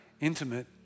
intimate